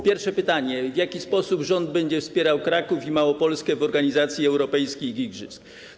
Pierwsze pytanie: W jaki sposób rząd będzie wspierał Kraków i Małopolskę w organizacji europejskich igrzysk?